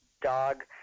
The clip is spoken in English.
dog